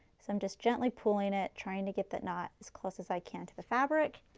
so i'm just gently pulling it trying to get the knot, as close as i can to the fabric,